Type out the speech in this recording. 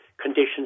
conditions